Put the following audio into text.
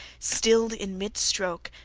stilled in mid-stroke,